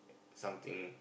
something